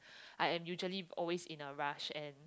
I am usually always in a rush and